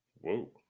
whoa